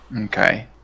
Okay